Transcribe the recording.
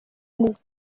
n’izindi